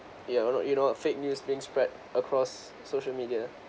ya you know you know fake news being spread across social media